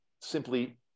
simply